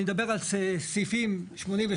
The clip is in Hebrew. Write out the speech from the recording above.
אני מדבר על סעיפים 86,